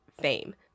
fame